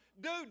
dude